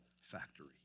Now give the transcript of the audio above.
factory